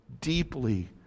deeply